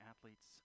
athletes